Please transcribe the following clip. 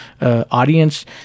Audience